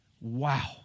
wow